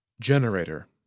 Generator